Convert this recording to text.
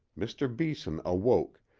mr. beeson awoke,